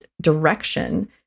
direction